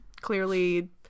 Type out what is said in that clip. clearly